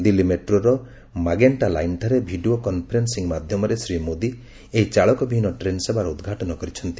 ଦିଲ୍ଲୀ ମେଟ୍ରୋର ମାଗେଣ୍ଟା ଲାଇନ୍ଠାରେ video conferencing ମାଧ୍ୟମରେ ଶ୍ରୀ ମୋଦି ଏହି ଚାଳକବିହୀନ ଟ୍ରେନ୍ ସେବାର ଉଦ୍ଘାଟନ କରିଛନ୍ତି